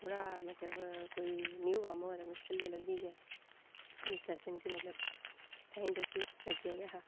थोह्ड़ा मतलब कोई न्यू कम्म होऐ तां मुश्कल लगदी गै इस आस्तै मिगी मतलब टाईम ते इस्सी लग्गेआ गै हा